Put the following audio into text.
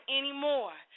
anymore